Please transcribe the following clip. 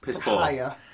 Higher